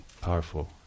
powerful